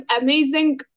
amazing